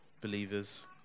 believers